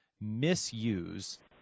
misuse